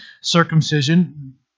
circumcision